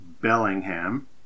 Bellingham